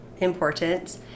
important